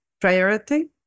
priority